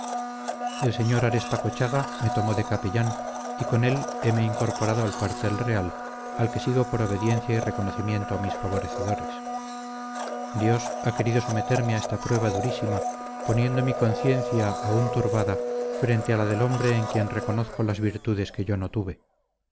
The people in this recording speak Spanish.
el sr arespacochaga me tomó de capellán y con él heme incorporado al cuartel real al que sigo por obediencia y reconocimiento a mis favorecedores dios ha querido someterme a esta prueba durísima poniendo mi conciencia aún turbada frente a la del hombre en quien reconozco las virtudes que yo no tuve